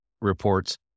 reports